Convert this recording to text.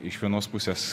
iš vienos pusės